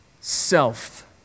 self